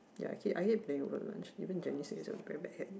ya I keep I keep playing over lunch even Janice say it's a very bad habit